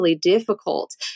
difficult